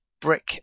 Brick